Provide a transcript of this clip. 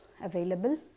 available